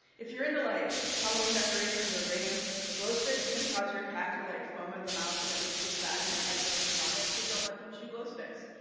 if you're in to like halloween decorations or raves glow sticks can cause your cat to like foam at the mouth and it looks really bad and it might make them vomit, so don't let them chew glow sticks.